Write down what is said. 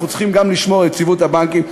אנחנו צריכים לשמור על יציבות הבנקים.